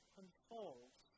unfolds